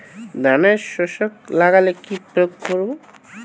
ধানের শোষক লাগলে কি প্রয়োগ করব?